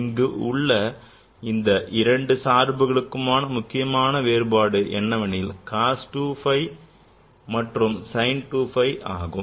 இங்கு உள்ள இந்த இரண்டு சார்புகளுக்குமான முக்கியமான வேறுபாடு என்னவெனில் cos 2 phi மற்றும் sin 2 phi ஆகும்